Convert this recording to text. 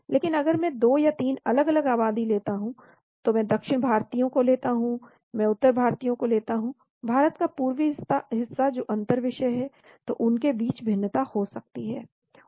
लेकिन अगर मैं 2 या 3 अलग अलग आबादी लेता हूं तो मैं दक्षिण भारतीयों को लेता हूं मैं उत्तर भारतीयों को लेता हूं भारत का पूर्वी हिस्सा जो कि अंतर विषय है तो उनके बीच भिन्नता हो सकती है